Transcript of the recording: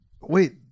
Wait